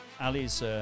Ali's